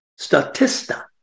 Statista